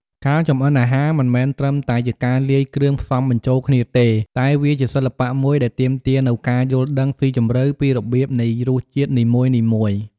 ការចម្អិនអាហារមិនមែនត្រឹមតែជាការលាយគ្រឿងផ្សំបញ្ចូលគ្នាទេ តែវាជាសិល្បៈមួយដែលទាមទារនូវការយល់ដឹងស៊ីជម្រៅពីរបៀបនៃរសជាតិនីមួយៗ។